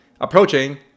approaching